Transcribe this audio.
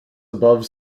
above